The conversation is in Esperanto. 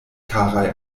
karaj